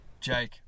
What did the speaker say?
Jake